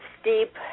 steep